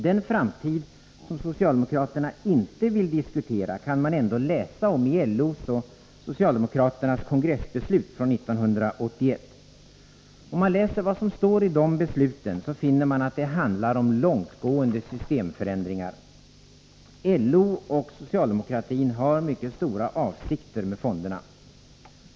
Den framtid som socialdemokraterna inte vill diskutera kan man ändå läsa om i LO:s och socialdemokraternas kongressbeslut från 1981. Om man läser vad som står i de besluten, finner man att det handlar om långtgående systemförändringar. LO och socialdemokratin har mycket långtgående avsikter med fonderna.